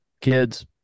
kids